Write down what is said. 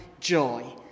joy